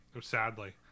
sadly